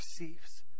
receives